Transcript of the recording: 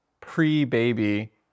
pre-baby